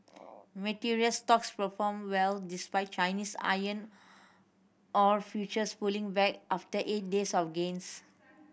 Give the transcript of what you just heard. material stocks performed well despite Chinese iron ore futures pulling back after eight days of gains